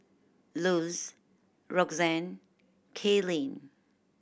Luz Roxanne Kaelyn